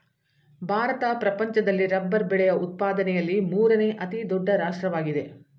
ಭಾರತ ಪ್ರಪಂಚದಲ್ಲಿ ರಬ್ಬರ್ ಬೆಳೆಯ ಉತ್ಪಾದನೆಯಲ್ಲಿ ಮೂರನೇ ಅತಿ ದೊಡ್ಡ ರಾಷ್ಟ್ರವಾಗಿದೆ